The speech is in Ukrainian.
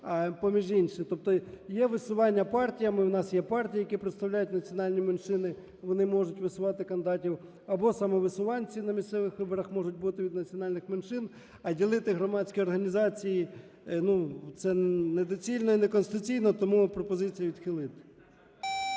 поміж інших. Тобто є висування партіями, у нас є партії, які представляють національні меншини, вони можуть висувати кандидатів, або самовисуванці на місцевих виборах можуть бути від національних меншин. А ділити громадські організації – це недоцільно і неконституційно. Тому пропозиція – відхилити.